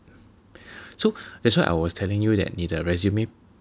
so that's why I was telling you that 你的 resume